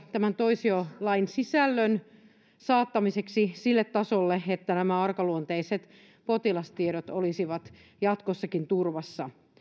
tämän toisiolain sisällön saattamiseksi sille tasolle että nämä arkaluontoiset potilastiedot olisivat jatkossakin turvassa